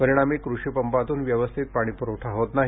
परिणामी कृषिपंपातून व्यवस्थित पाणीप्रवठा होत नाही